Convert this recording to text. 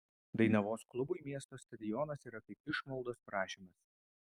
dainavos klubui miesto stadionas yra kaip išmaldos prašymas